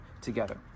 together